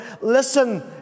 listen